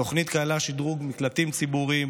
התוכנית כללה שדרוג מקלטים ציבוריים,